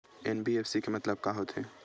NBFC के मतलब का होथे?